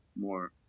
more